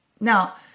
now